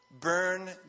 Burn